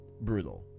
brutal